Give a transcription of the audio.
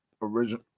origin